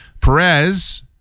Perez